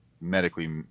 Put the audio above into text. medically